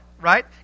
right